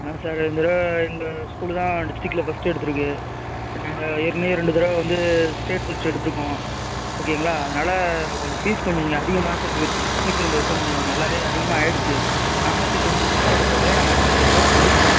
அதான் சார் இந்த தடவை எங்கள் ஸ்கூலு தான் டிஸ்ட்டிகில் ஃபஸ்ட்டு எடுத்துருக்குது இப்போ நாங்கள் ஏற்கனவே ரெண்டு தடவை வந்து ஸ்டேட் ஃபஸ்ட்டு எடுத்துருக்கோம் ஓகேங்களா அதனால் கொஞ்சம் ஃபீஸ் கொஞ்சம் இங்கே அதிகமாக தான் சார் போகிட்ருக்கு அட்மிஷன் இந்த வர்ஷம் கொஞ்சம் நல்லாவே அதிகமாக ஆகிடுச்சி நானூற்றி தொண்ணூறுக்கு மேலே எடுத்தவங்களையே நாங்கள் அட்மிஷன் போட்டு முடிச்சுட்டோம்